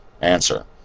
Answer